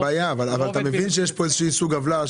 אתה מבין שיש פה סוג של עוולה,